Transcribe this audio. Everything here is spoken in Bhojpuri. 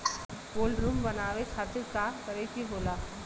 कोल्ड रुम बनावे खातिर का करे के होला?